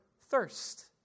thirst